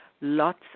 lots